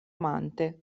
amante